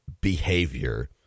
behavior